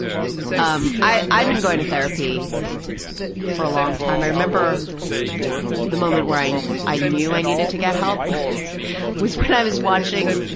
um, i've been going to therapy for a long time. i remember the moment where i i knew i needed to get help was where i was watching,